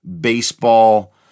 baseball